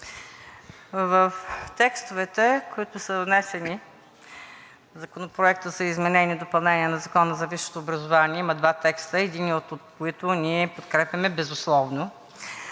В текстовете, които са внесени в Законопроекта за изменение и допълнение на Закона за висшето образование, има два текста, единият от които ние подкрепяме безусловно.